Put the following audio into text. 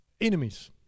enemies